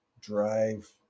drive